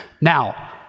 Now